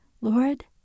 Lord